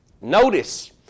Notice